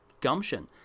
gumption